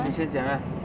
你先讲 ah